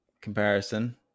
comparison